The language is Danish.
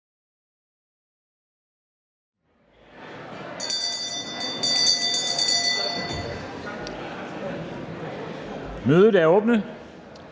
Mødet er åbnet.